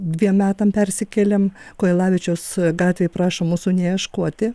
dviem metam persikėlėm kojelavičiaus gatvėj prašom mūsų neieškoti